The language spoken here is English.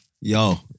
Yo